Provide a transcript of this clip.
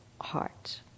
heart